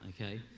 okay